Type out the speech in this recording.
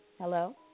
Hello